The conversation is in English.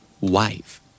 Wife